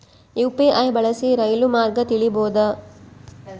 UPI ಬಳಸಿ ರೈಲು ಮಾರ್ಗ ತಿಳೇಬೋದ?